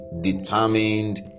determined